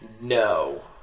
No